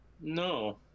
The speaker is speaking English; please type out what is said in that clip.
No